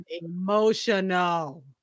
emotional